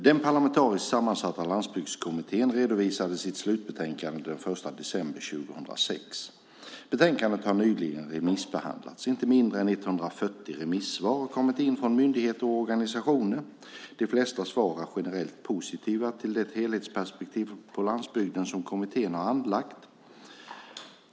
Den parlamentariskt sammansatta Landsbygdskommittén redovisade sitt slutbetänkande den 1 december 2006. Betänkandet har nyligen remissbehandlats. Inte mindre än 140 remissvar har kommit in från myndigheter och organisationer. De flesta svar är generellt positiva till det helhetsperspektiv på landsbygden som kommittén har anlagt.